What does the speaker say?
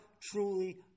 truly